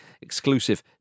exclusive